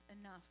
enough